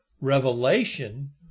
revelation